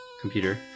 computer